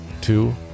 Two